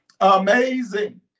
amazing